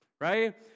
Right